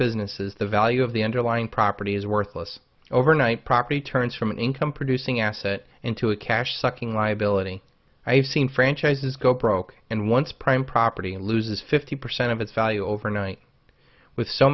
businesses the value of the underlying property is worthless overnight property turns from an income producing asset into a cash sucking liability i've seen franchises go broke and once prime property and loses fifty percent of its value overnight with so